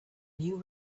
new